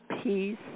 peace